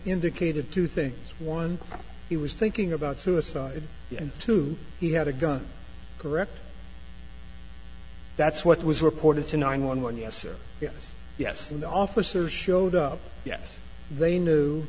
indicated two things one he was thinking about suicide and two he had a gun correct that's what was reported to nine one one yes sir yes and the officers showed up yes they knew